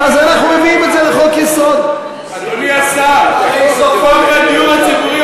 איפה הדיור הציבורי,